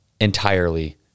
entirely